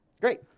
Great